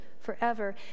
forever